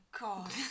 God